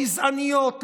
גזעניות,